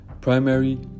primary